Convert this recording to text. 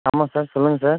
ஆமாம் சார் சொல்லுங்கள் சார்